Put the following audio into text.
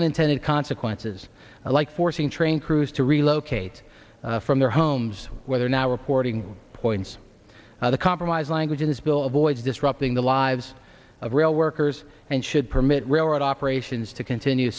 unintended consequences like forcing train crews to relocate from their homes whether or not reporting points the compromise language in this bill avoids disrupting the lives of rail workers and should mit railroad operations to continue